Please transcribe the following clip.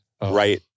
Right